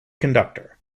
conductor